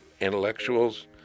intellectuals